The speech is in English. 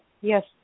yes